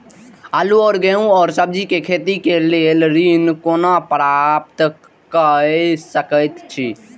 आलू और गेहूं और सब्जी के खेती के लेल ऋण कोना प्राप्त कय सकेत छी?